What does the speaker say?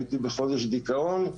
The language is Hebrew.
הייתי בחודש דיכאון.